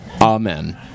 Amen